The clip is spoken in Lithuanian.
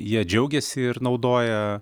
jie džiaugiasi ir naudoja